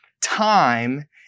time